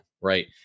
right